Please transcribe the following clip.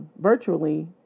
virtually